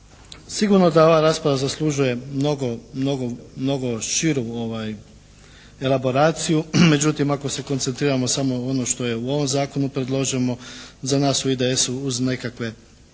Sigurno da ova rasprava zaslužuje mnogo, mnogo širu elaboraciju međutim ako se koncentriramo samo na ono što je u ovom Zakonu predloženo za nas u IDS-u uz nekakve